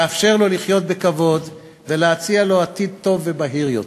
לאפשר לו לחיות בכבוד ולהציע לו עתיד טוב ובהיר יותר.